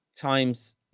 times